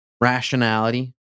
rationality